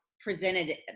presented